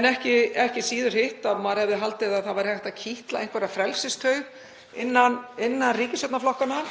en ekki síður hitt að maður hefði haldið að það væri hægt að kitla einhverja frelsistaug innan ríkisstjórnarflokkanna,